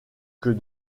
que